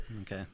Okay